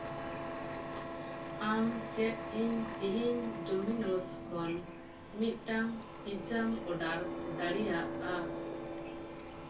ᱟᱢ ᱪᱮᱫ ᱤᱧ ᱛᱮᱦᱤᱧ ᱰᱳᱢᱤᱚᱱᱳᱥ ᱠᱷᱚᱱ ᱢᱤᱫᱴᱟᱱ ᱯᱤᱡᱡᱟᱢ ᱚᱰᱟᱨ ᱫᱟᱲᱮᱭᱟᱜᱼᱟ